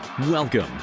welcome